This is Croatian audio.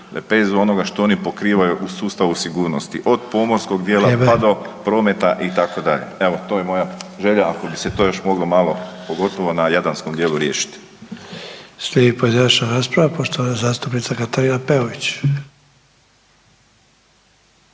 lepezu onoga što oni pokrivaju u sustavu sigurnosti, od pomorskog dijela, pa do prometa itd.. Evo to je moja želja ako bi se to još moglo malo, pogotovo na jadranskom dijelu riješiti. **Sanader, Ante (HDZ)** Slijedi pojedinačna rasprava, poštovana zastupnica Katarina Peović.